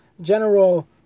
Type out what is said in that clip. general